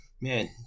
man